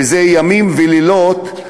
וזה ימים ולילות,